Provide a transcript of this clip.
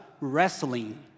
wrestling